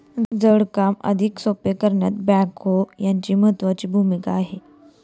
जड काम अधिक सोपे करण्यात बेक्हो यांची महत्त्वाची भूमिका आहे